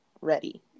ready